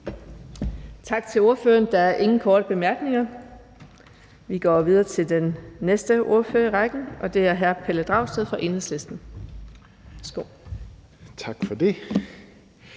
Tak til ordføreren. Der er ingen korte bemærkninger. Vi går videre til den næste ordfører i rækken, og det er hr. Pelle Dragsted fra Enhedslisten. Værsgo. Kl.